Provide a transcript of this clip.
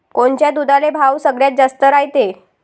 कोनच्या दुधाले भाव सगळ्यात जास्त रायते?